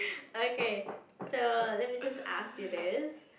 okay so let me just ask you this